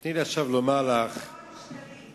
תני לי עכשיו לומר לך, 20 מיליון שקלים.